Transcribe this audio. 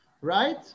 Right